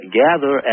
gather